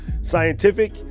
scientific